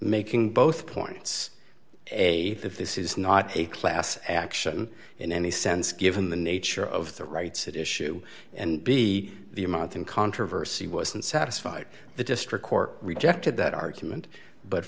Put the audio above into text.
making both points a if this is not a class action in any sense given the nature of the rights issue and b the amount in controversy wasn't satisfied the district court rejected that argument but